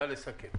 נא לסכם.